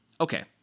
Okay